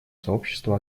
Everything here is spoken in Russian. сообщества